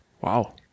Wow